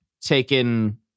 taken